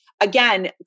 again